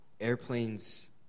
airplanes